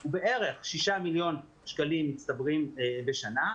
הוא בערך 6 מיליון שקלים מצטברים בשנה.